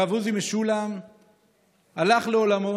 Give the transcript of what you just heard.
הרב עוזי משולם הלך לעולמו.